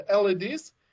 LEDs